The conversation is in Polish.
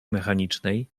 mechanicznej